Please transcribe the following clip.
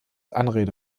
anrede